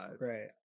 Right